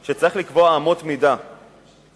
והיא אומרת שצריך לקבוע אמות מידה ושקיפות